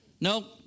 No